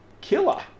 Killer